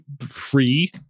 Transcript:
free